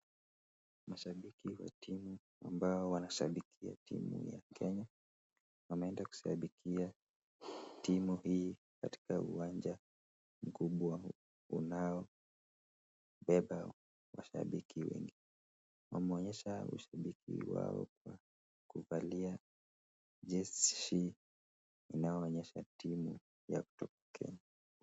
Mashabiki watimu ambao wanashabikia timu ya Kenya, wameenda kushabikia timu hii katika uwanja mkubwa unaobeba mashabiki wengi, wameonyesha ushabiki wao kwa kuvalia jezi inayoonyesha timu ya hapa Kenya.